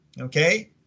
okay